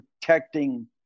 protecting